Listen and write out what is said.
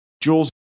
Jules